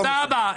תודה רבה.